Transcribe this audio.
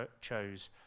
chose